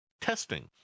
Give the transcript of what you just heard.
testing